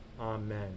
Amen